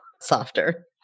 softer